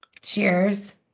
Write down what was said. Cheers